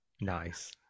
nice